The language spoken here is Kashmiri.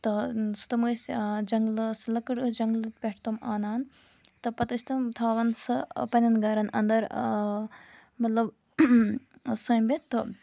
تہٕ تِم ٲسۍ ٲں جنگلہٕ سُہ لٔکٕر ٲسۍ جنگلہٕ پٮ۪ٹھ تِم آنان تہٕ پَتہٕ ٲسۍ تِم تھاوان سۄ پَننٮ۪ن گَرَن اَندر مطلب سٲمِتھ تہٕ